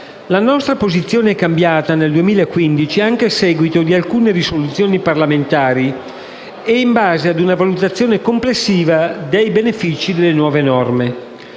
La nostra posizione è cambiata nel 2015, anche a seguito di alcune risoluzioni parlamentari e in base a una valutazione complessiva dei benefici delle nuove norme.